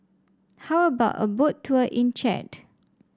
how about a Boat Tour in Chad